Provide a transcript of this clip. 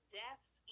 deaths